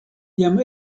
jam